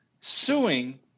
suing